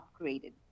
upgraded